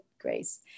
Grace